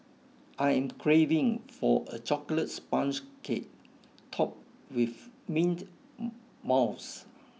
I am craving for a chocolate sponge cake topped with mint mouse